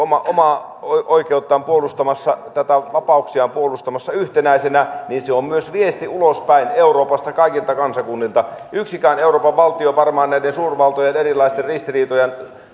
omaa oikeuttaan puolustamassa tai vapauksiaan puolustamassa yhtenäisenä on myös viesti ulospäin euroopasta kaikilta kansakunnilta yksikään euroopan valtio varmaan näiden suurvaltojen erilaisten ristiriitojen